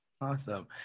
Awesome